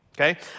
okay